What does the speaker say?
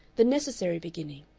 the necessary beginning.